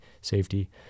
Safety